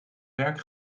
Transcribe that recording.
werk